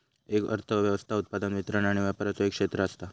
एक अर्थ व्यवस्था उत्पादन, वितरण आणि व्यापराचा एक क्षेत्र असता